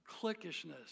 Clickishness